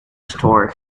store